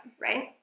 right